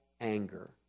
anger